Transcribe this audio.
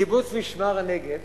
קיבוץ משמר-הנגב